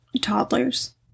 toddlers